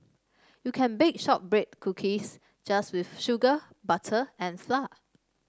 you can bake shortbread cookies just with sugar butter and flour